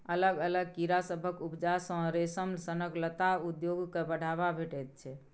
अलग अलग कीड़ा सभक उपजा सँ रेशम सनक लत्ता उद्योग केँ बढ़ाबा भेटैत छै